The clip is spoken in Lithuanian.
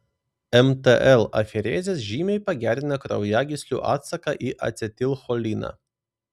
mtl aferezės žymiai pagerina kraujagyslių atsaką į acetilcholiną